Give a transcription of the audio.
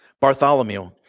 Bartholomew